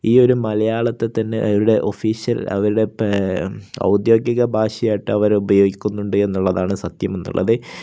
ഈ ഒരു മലയാളത്തെ തന്നെ അവരുടെ ഒഫീഷ്യൽ അവരുടെ ഔദ്യോഗിക ഭാഷയായിട്ട് അവർ ഉപയോഗിക്കുന്നുണ്ട് എന്നുള്ളതാണ് സത്യം എന്നുള്ളത്